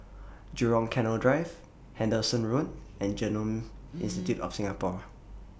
Jurong Canal Drive Henderson Road and Genome Institute of Singapore